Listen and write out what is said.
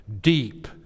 deep